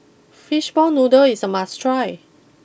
Fish Ball Noodle is a must try